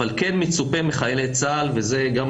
אבל כן מצופה מחיילי צה"ל וזה גם